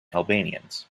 albanians